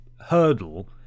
hurdle